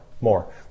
more